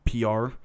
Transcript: PR